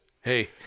hey